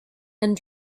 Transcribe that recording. and